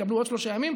יקבלו עוד שלושה ימים.